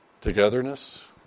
togetherness